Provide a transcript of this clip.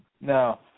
No